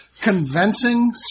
convincing